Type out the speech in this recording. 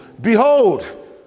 behold